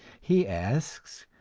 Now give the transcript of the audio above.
he asks,